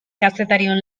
kazetarion